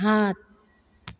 हाथ